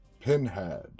Pinhead